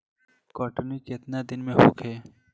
कटनी केतना दिन में होखे?